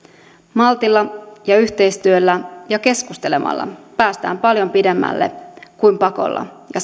maltilla ja yhteistyöllä ja keskustelemalla päästään paljon pidemmälle kuin pakolla ja